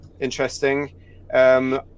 interesting